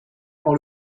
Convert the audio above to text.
par